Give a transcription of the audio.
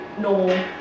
normal